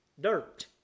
dirt